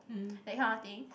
that kind of thing